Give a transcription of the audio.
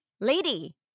Lady